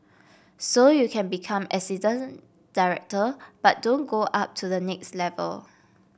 so you can become assistant director but don't go up to the next level